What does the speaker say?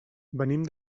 venim